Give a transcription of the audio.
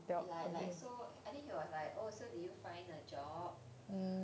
like like so I think he was like oh so did you find a job